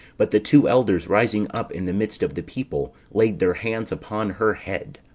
but the two elders rising up in the midst of the people, laid their hands upon her head.